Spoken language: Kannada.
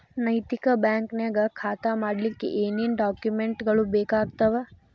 ನೈತಿಕ ಬ್ಯಾಂಕ ನ್ಯಾಗ್ ಖಾತಾ ಮಾಡ್ಲಿಕ್ಕೆ ಏನೇನ್ ಡಾಕುಮೆನ್ಟ್ ಗಳು ಬೇಕಾಗ್ತಾವ?